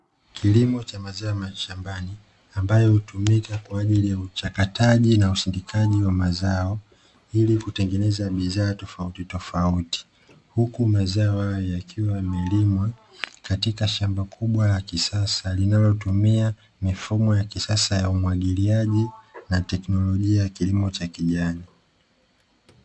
Kilimo cha mazao ya shambani ambayo hutumika kwa ajili ya uchakataji na usindikaji wa mazao ili kutengeneza bidhaa tofautitofauti, huku mazao hayo yakiwa yamelimwa katika shamba kubwa la kisasa linalotumia mifumo ya kisasa ya umwagiliaji na teknolojia ya kilimo cha kijani.